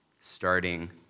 starting